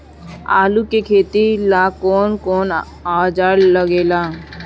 आलू के खेती ला कौन कौन औजार लागे ला?